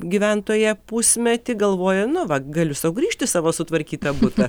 gyventoja pusmetį galvoja nu va galiu sau grįžti į savo sutvarkytą butą